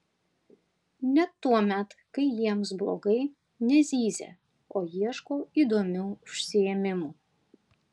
net tuomet kai jiems blogai nezyzia o ieško įdomių užsiėmimų